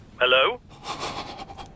Hello